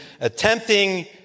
attempting